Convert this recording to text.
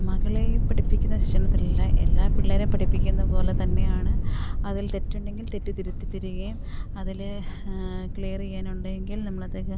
മകളേ പഠിപ്പിക്കുന്ന ശിക്ഷണത്തിലല്ല എല്ലാ പിള്ളേരേ പഠിപ്പിക്കുന്നതു പോലെ തന്നെയാണ് അതിൽ തെറ്റുണ്ടെങ്കിൽ തെറ്റ് തിരുത്തിത്തരികയും അതിൽ ക്ലിയർ ചെയ്യാനുണ്ടെങ്കിൽ നമ്മളതേക്ക്